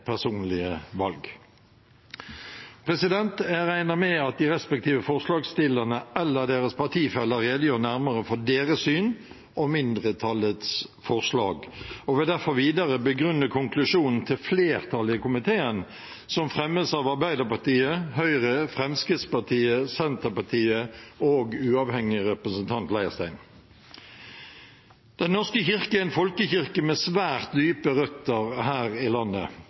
personlige valg. Jeg regner med at de respektive forslagsstillerne eller deres partifeller redegjør nærmere for sitt syn og mindretallets forslag, og vil derfor videre begrunne konklusjonen til flertallet i komiteen, som fremmes av Arbeiderpartiet, Høyre, Fremskrittspartiet, Senterpartiet og uavhengig representant Leirstein. Den norske kirke er en folkekirke med svært dype røtter her i landet.